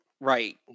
right